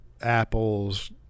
apples